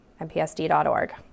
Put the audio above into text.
mpsd.org